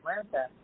Atlanta